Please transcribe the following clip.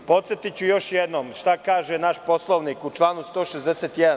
Podsetiću još jednom šta kaže naš Poslovnik u članu 161.